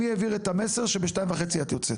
מי העביר את המסר שבשתיים וחצי את יוצאת.